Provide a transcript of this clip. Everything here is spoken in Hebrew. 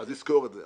אז נזכור את זה.